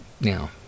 now